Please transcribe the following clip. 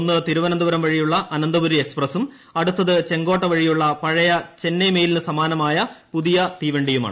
ഒന്ന് തിരുവനന്തപുരം വഴിയുള്ള അനന്തപുരി എക്സ്പ്രസ്സും അടുത്തത് ചെങ്കോട്ട വഴിയുള്ള പഴയ ചെന്നൈ മെയിലിനു സമാനമായ പുതിയ തീവണ്ടിയുമാണ്